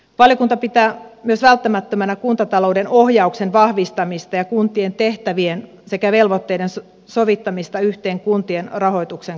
valiokunta pitää välttämättömänä myös kuntatalouden ohjauksen vahvistamista ja kuntien tehtävien sekä velvoitteiden sovittamista yhteen kuntien rahoituksen kanssa